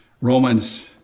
Romans